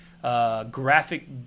graphic